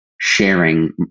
sharing